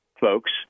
folks